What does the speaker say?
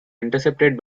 intercepted